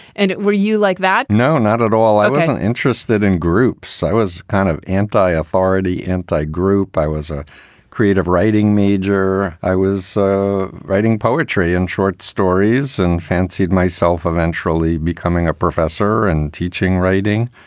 and were you like that? no, not at all. i wasn't interested in groups. i was kind of anti-authority anti group. i was a creative writing major. i was so writing poetry and short stories and fancied myself eventually becoming a professor and teaching writing.